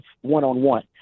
one-on-one